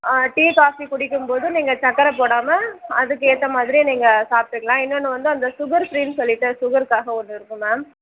tea coffee குடிக்கும் போது நீங்கள் சர்க்கர போடாமல் அதுக்கேற்ற மாதிரியே நீங்கள் சாப்பிட்டுக்கலாம் இன்னொன்று வந்து அந்த சுகர் ஃப்ரீனு சொல்லிட்டு சுகருக்காக ஒன்று இருக்கும் மேம்